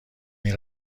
این